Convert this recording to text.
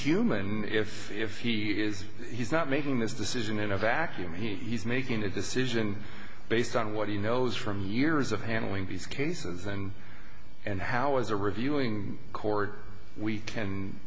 human if if he is he's not making this decision in a vacuum he's making a decision based on what he knows from years of handling these cases and and how as a reviewing court we